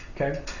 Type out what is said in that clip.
Okay